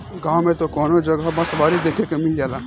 गांव में त कवनो जगह बँसवारी देखे के मिल जाला